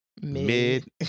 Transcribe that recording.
mid